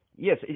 Yes